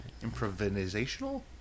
improvisational